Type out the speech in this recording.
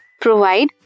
Provide